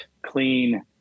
clean